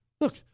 Look